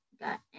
got